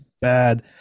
Bad